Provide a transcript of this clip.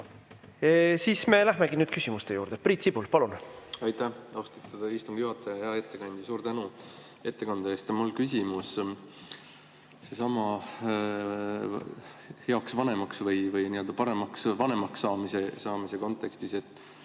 Selge. Me läheme nüüd küsimuste juurde. Priit Sibul, palun! Aitäh, austatud istungi juhataja! Hea ettekandja! Suur tänu ettekande eest! Mul on küsimus. Sellesama heaks vanemaks või paremaks vanemaks saamise kontekstis, et